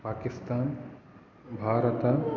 Pakistan Bharata